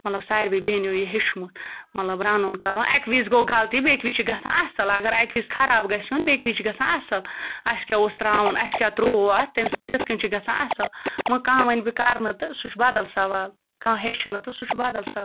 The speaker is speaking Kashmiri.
مطلب ساروِی بیٚنیو یہِ ہیٚچھمُت مطلب رَنُن کَرُن اَکہِ وِز گوٚو غلطی بیٚیہِ کہِ وِز چھِ گژھان اَصٕل اگر اَکہِ وِزِ خراب گژھِ سیُن بیٚیہِ کہِ وِز چھِ گژھان اَصٕل اَسہِ کیٛاہ اوس ترٛاوُن اَسہِ کیٛاہ ترٛوو اَتھ تَمہِ تِتھ کٔنۍ چھِ گژھان اَصٕل وَ کانٛہہ وَنہِ بہٕ کَرٕ نہٕ تہٕ سُہ چھِ بدل سوال کانٛہہ ہیٚچھِ نہٕ تہٕ سُہ چھِ بدل سوال